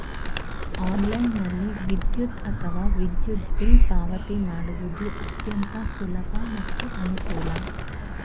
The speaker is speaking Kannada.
ಆನ್ಲೈನ್ನಲ್ಲಿ ವಿದ್ಯುತ್ ಅಥವಾ ವಿದ್ಯುತ್ ಬಿಲ್ ಪಾವತಿ ಮಾಡುವುದು ಅತ್ಯಂತ ಸುಲಭ ಮತ್ತು ಅನುಕೂಲ